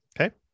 okay